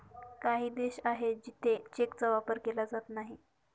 काही देश आहे जिथे चेकचा वापर केला जात नाही